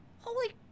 holy